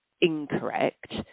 incorrect